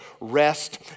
rest